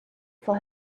for